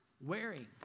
wearing